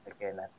again